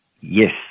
Yes